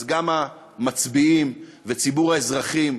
אז גם המצביעים וציבור האזרחים,